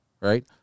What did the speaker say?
right